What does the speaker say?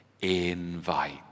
Invite